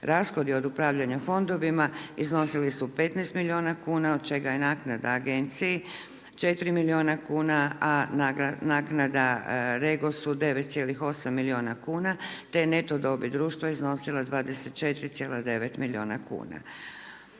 Rashodi od upravljanja fondovima iznosili su 15 milijuna kuna od čega je naknada agenciji 4 milijuna kuna, a naknada REgos-u 9,8 milijuna kuna te je neto dobit društva iznosila 24,9 milijuna kuna.